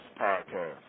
podcast